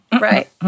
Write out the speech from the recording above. Right